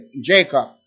Jacob